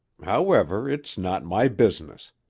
however, it's not my business.